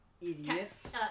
Idiots